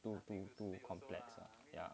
too too too complex ya